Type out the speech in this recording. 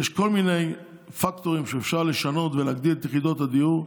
יש כל מיני פקטורים שאפשר לשנות ולהגדיל את יחידות הדיור,